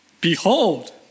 Behold